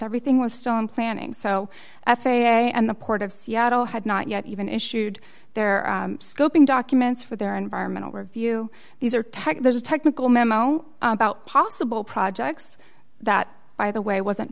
rethink was stone planning so f a a and the port of seattle had not yet even issued their scoping documents for their environmental review these are tech there's a technical memo about possible projects that by the way wasn't